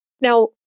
Now